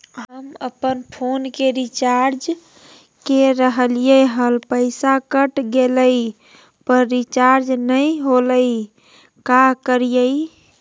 हम अपन फोन के रिचार्ज के रहलिय हल, पैसा कट गेलई, पर रिचार्ज नई होलई, का करियई?